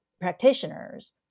practitioners